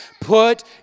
Put